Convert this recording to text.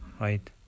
right